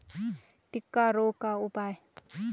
टिक्का रोग का उपाय?